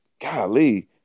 golly